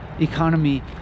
economy